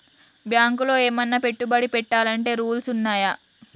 బ్యాంకులో ఏమన్నా పెట్టుబడి పెట్టాలంటే రూల్స్ ఉన్నయా?